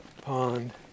pond